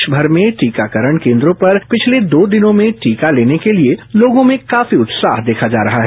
देश भर में टीकाकरण केन्द्रों पर पिछले दो दिन में टीका लेने के लिए लोगों में काफी उत्साह देखा जा रहा है